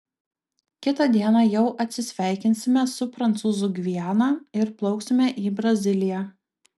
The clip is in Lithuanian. kitą dieną jau atsisveikinsime su prancūzų gviana ir plauksime į braziliją